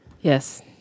Yes